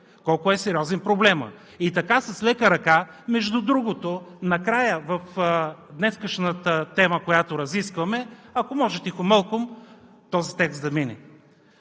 колко е сериозен проблемът. И така – с лека ръка, между другото, накрая в днешната тема, която разискваме, ако може тихомълком този текст да мине.